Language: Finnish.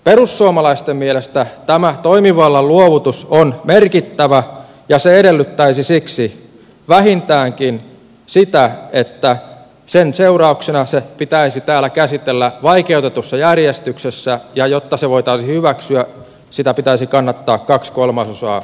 perussuomalaisten mielestä tämä toimivallan luovutus on merkittävä ja se edellyttäisi siksi vähintäänkin sitä että sen seurauksena se pitäisi täällä käsitellä vaikeutetussa järjestyksessä ja jotta se voitaisiin hyväksyä sitä pitäisi kannattaa kahden kolmasosan eduskunnasta